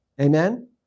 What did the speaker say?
Amen